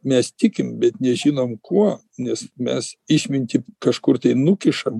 mes tikim bet nežinom kuo nes mes išmintį kažkur nukišam